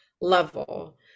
level